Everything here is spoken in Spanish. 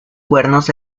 cuernos